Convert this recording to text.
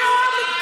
הצבעה היום.